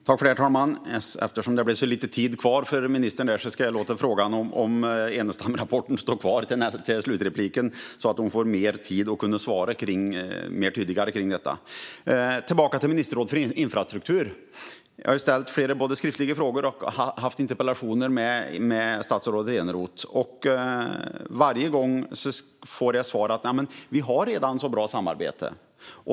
Herr talman! Eftersom det fanns så lite talartid kvar för ministern låter jag frågan om Enestamrapporten kvarstå till slutrepliken så att hon har mer tid för ett tydligare svar om detta. Låt mig återgå till frågan om ett ministerråd för infrastruktur. Jag har ställt flera skriftliga frågor och interpellationer till statsrådet Eneroth. Varje gång får jag svaret att man redan har ett bra samarbete.